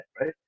right